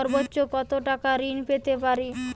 সর্বোচ্চ কত টাকা ঋণ পেতে পারি?